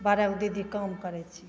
बारह गो दीदी काम करैत छथिन